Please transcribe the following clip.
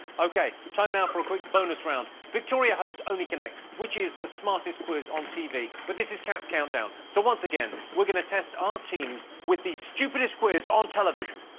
okay time now for a quick bonus round victoria hosts only connect which is the smartest quiz on tv, but this is kats countdown so once again, we're gonna test our teams with the stupidest quiz on television